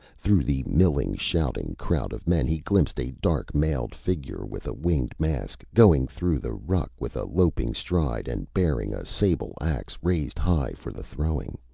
through the milling, shouting crowd of men he glimpsed a dark, mailed figure with a winged mask, going through the ruck with a loping stride and bearing a sable axe raised high for the throwing.